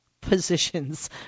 positions